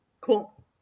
Cool